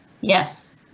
Yes